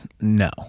No